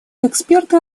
эксперты